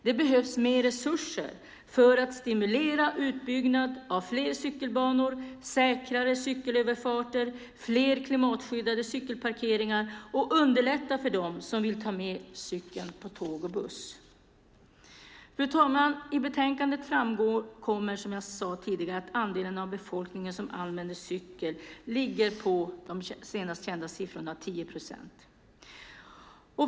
Det behövs mer resurser för att stimulera utbyggnad av fler cykelbanor, säkrare cykelöverfarter och fler klimatskyddade cykelparkeringar och för att underlätta för dem som vill ta med cykeln på tåg och buss. Fru talman! I betänkandet framkommer, som jag sade tidigare, att andelen av befolkningen som använder cykel ligger på 10 procent enligt de senast kända siffrorna.